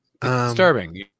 disturbing